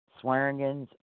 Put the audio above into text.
Swearingen's